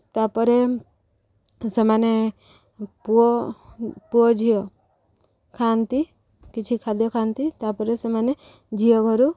ତା'ପରେ ସେମାନେ ପୁଅ ପୁଅ ଝିଅ ଖାଆନ୍ତି କିଛି ଖାଦ୍ୟ ଖାଆନ୍ତି ତା'ପରେ ସେମାନେ ଝିଅ ଘରୁ